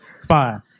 Fine